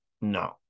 No